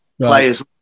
players